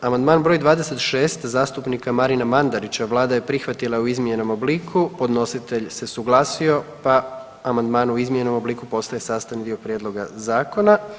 Amandman br. 26 zastupnika Marina Mandarića, Vlada je prihvatila u izmijenjenom obliku, podnositelj se suglasio pa amandman u izmijenjenom obliku postaje sastavni dio Prijedloga zakona.